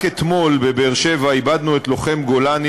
רק אתמול איבדנו בבאר-שבע את לוחם גולני,